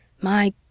My